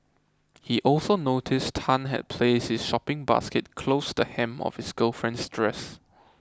he also noticed Tan had placed his shopping basket close the hem of his girlfriend's dress